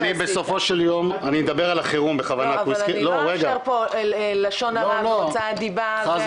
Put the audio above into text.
אני לא יאשר פה לשון הרע והוצאת דיבה.